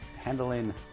handling